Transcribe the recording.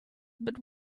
but